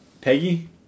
Peggy